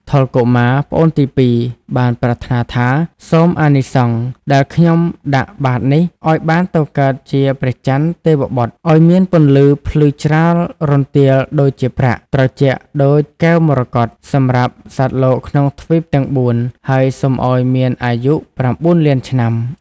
ថុល កុមារ (ប្អូនទីពីរ) បានប្រាថ្នាថា៖ "សូមអានិសង្សដែលខ្ញុំដាក់បាត្រនេះ ឱ្យបានទៅកើតជា ព្រះចន្ទទេវបុត្រ ឱ្យមានពន្លឺភ្លឺច្រាលរន្ទាលដូចជាប្រាក់ ត្រជាក់ដូចកែវមរកត សម្រាប់សត្វលោកក្នុងទ្វីបទាំង ៤ ហើយសូមឱ្យមានអាយុ ៩ លានឆ្នាំ"។